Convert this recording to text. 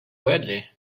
badly